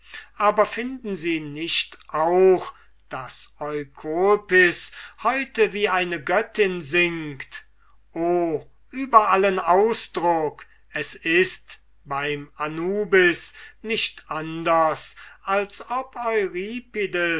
aber finden sie nicht auch daß eukolpis heute wie eine göttin singt o über allen ausdruck es ist beim anubis nicht anders als ob